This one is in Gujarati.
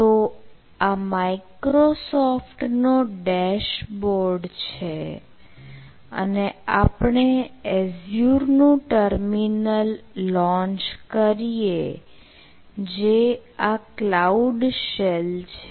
તો આ માઈક્રોસોફ્ટ નો ડેશબોર્ડ છે અને આપણે એઝ્યુર નું ટર્મિનલ લોન્ચ કરીએ જે આ ક્લાઉડ શેલ છે